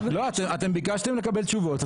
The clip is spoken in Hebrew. ביקשתם לקבל תשובות.